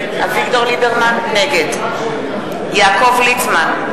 נגד יעקב ליצמן,